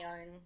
own